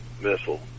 missile